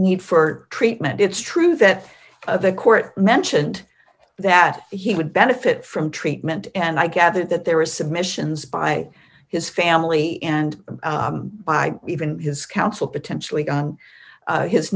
need for treatment it's true that the court mentioned that he would benefit from treatment and i gather that there is submissions by his family and by even his counsel potentially on